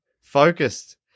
focused